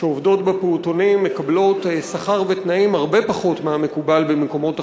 שעובדות בפעוטונים מקבלות שכר ותנאים הרבה פחות מהמקובל במקומות אחרים.